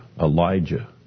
Elijah